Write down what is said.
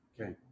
okay